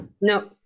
No